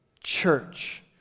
church